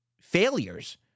failures